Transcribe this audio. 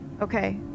Okay